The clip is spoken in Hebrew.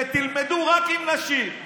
ותלמדו רק עם נשים,